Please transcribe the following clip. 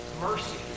mercy